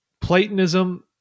Platonism